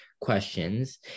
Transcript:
questions